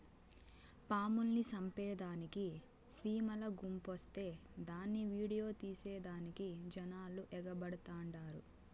పాముల్ని సంపేదానికి సీమల గుంపొస్తే దాన్ని ఈడియో తీసేదానికి జనాలు ఎగబడతండారు